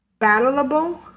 battleable